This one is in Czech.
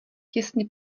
těsně